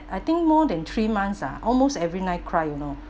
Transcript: I think more than three months ah almost every night cry you know